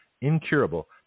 incurable